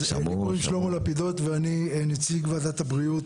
אני שלמה לפידות ואני נציג ועדת הבריאות